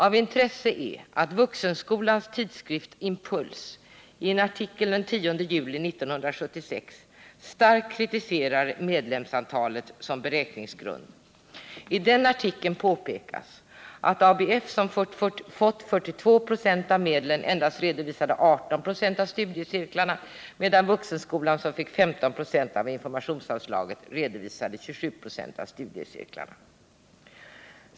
Av intresse är att Vuxenskolans tidskrift Impuls i en artikel den 10 juli 1976 starkt kritiserade metoderna att använda medlemsantalet som beräkningsgrund. I artikeln påpekas att ABF, som fått 42 26 av medlen, endast redovisade 18 926 av studiecirklarna, medan Vuxenskolan, som fick 15 26 av informationsanslaget, redovisade 27 96 av studiecirklarna.